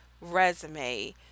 resume